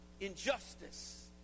injustice